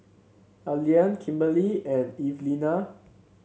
Allean Kimberely and Evelina